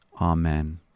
Amen